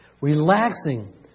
Relaxing